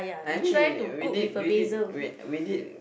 I mean we did we did we we did